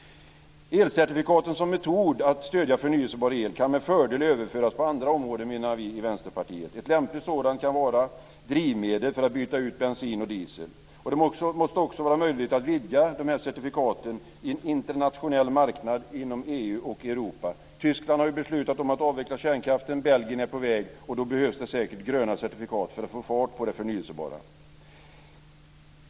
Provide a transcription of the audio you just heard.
Elcertifikaten som metod att stödja förnyelsebar el kan med fördel överföras på andra områden, menar vi i Vänsterpartiet. Ett lämpligt sådant kan vara drivmedel för att byta ut bensin och diesel. Det måste också vara möjligt att vidga de här certifikaten till en internationell marknad inom EU och Europa. Tyskland har ju beslutat att avveckla kärnkraften. Belgien är på väg. Då behövs det säkert gröna certifikat för att få fart på det förnyelsebara.